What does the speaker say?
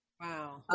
Wow